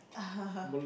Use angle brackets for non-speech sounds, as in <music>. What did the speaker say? <laughs>